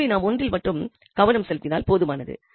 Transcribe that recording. எனவே நாம் ஒன்றில் மட்டும் கவனம் செலுத்தினால் போதுமானது